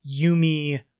yumi